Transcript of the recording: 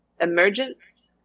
Emergence